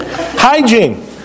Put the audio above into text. Hygiene